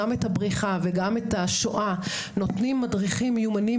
גם את הבריחה וגם את השואה נותנים מדריכים מיומנים,